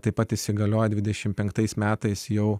taip pat įsigalioja dvidešim penktais metais jau